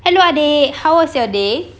hello adik how was your day